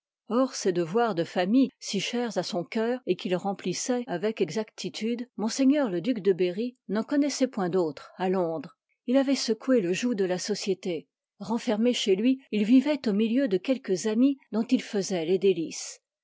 hors ces devoirs de famille si chei à ton cœur et qu'u remplissoit avec ekactiï part tude m le duc de berry n'en connbisscfit tàyiïil point d'autres à londres il avoit secoué le joug de la société renfermé chez loi il vivoit au milieu de quelques amis dont il faisoit les délices